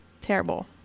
terrible